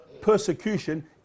persecution